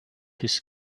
his